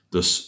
Dus